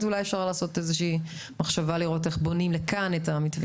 אולי באמת אפשר לראות איך בונים כאן את המתווה.